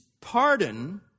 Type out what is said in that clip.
pardon